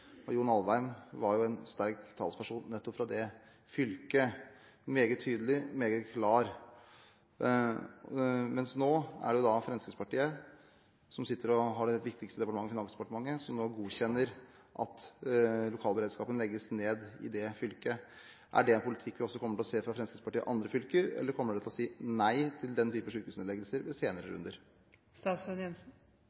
Alvheim var en sterk talsperson nettopp fra det fylket – meget tydelig og meget klar. Nå er det da Fremskrittspartiet som har det viktigste departementet, Finansdepartementet, som nå godkjenner at lokalberedskapen legges ned i det fylket. Er det en politikk vi også kommer til å se fra Fremskrittspartiet i andre fylker, eller kommer man til å si nei til den type sykehusnedleggelser ved senere